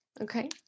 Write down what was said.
Okay